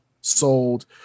sold